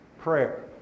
prayer